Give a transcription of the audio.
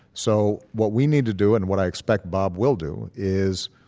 so, what we need to do, and what i expect bob will do, is